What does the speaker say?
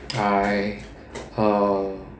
I uh